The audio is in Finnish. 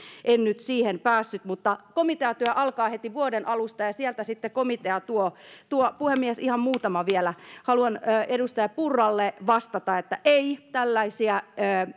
en nyt siihen päässyt mutta komiteatyö alkaa heti vuoden alusta ja sieltä sitten komitea tuo tuo puhemies ihan muutama vielä haluan edustaja purralle vastata että ei tällaisia